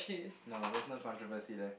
no there's no controversy there